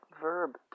verb